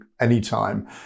anytime